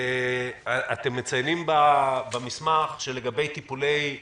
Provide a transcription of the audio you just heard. אתם מציינים במסמך שלגבי טיפולי IVF,